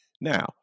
Now